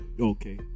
Okay